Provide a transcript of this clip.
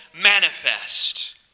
manifest